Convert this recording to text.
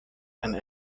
and